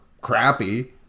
crappy